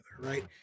right